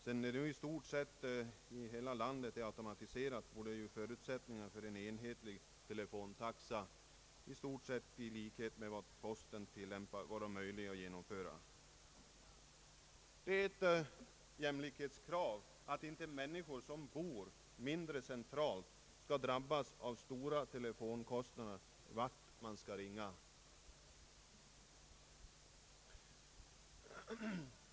Sedan nu i stort sett hela landet automatiserats, borde förutsättningarna för en enhetlig telefontaxa — i likhet med vad posten tillämpar — vara möjlig att genomföra. Det är ett jämlikhetskrav att inte människor som bor mindre centralt skall drabbas av stora telefonkostnader vart man skall ringa.